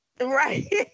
Right